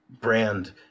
brand